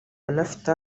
anafite